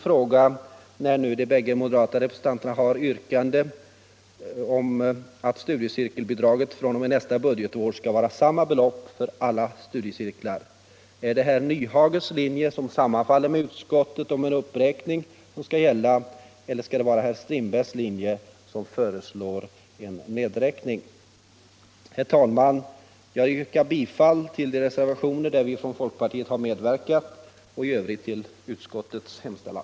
När nu de bägge moderata representanterna ställt yrkandet att studiecirkelbidraget fr.o.m. nästa budgetår skall utgå med samma belopp för alla studiecirklar, blir därför min fråga: Är det herr Nyhages linje, som sammanfaller med utskottets, om en uppräkning som då skall gälla som moderaternas uppfattning, eller är det herr Strindbergs linje, som innebär en nedräkning? Herr talman! Jag yrkar bifall till de reservationer som vi från folkpartiet har medverkat till och i övrigt till utskottets hemställan.